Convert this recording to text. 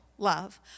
love